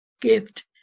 gift